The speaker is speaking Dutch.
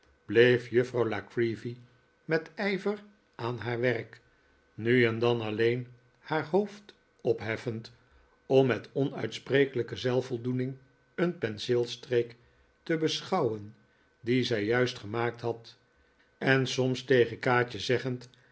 bleef juffrouw la creevy met ijver aan haar werk nu en dan allefen haar hoofd opheffend om met onuitsprekelijke zelfvoldoening een penseelstreek te beschouwen dien zij juist gemaakt had en soms tegen kaatje zeggend